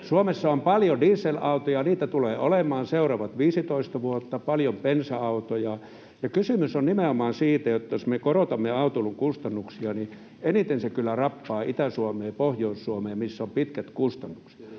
Suomessa on paljon dieselautoja — niitä tulee olemaan seuraavat 15 vuotta — paljon bensa-autoja, ja kysymys on nimenomaan siitä, että jos me korotamme autoilun kustannuksia, niin eniten se kyllä rappaa Itä-Suomea ja Pohjois-Suomea, missä on pitkät välimatkat.